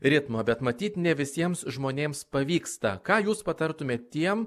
ritmo bet matyt ne visiems žmonėms pavyksta ką jūs patartumėt tiem